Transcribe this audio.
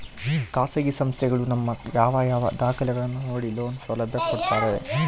ಖಾಸಗಿ ಸಂಸ್ಥೆಗಳು ನಮ್ಮ ಯಾವ ಯಾವ ದಾಖಲೆಗಳನ್ನು ನೋಡಿ ಲೋನ್ ಸೌಲಭ್ಯ ಕೊಡ್ತಾರೆ?